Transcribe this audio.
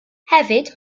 hefyd